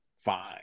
fine